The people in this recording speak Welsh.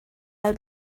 fel